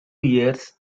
years